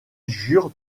jure